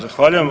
Zahvaljujem.